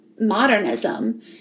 modernism